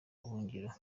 buhungiro